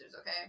okay